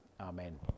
Amen